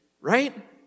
right